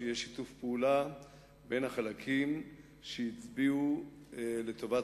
שיהיה שיתוף פעולה בין החלקים שהצביעו לטובת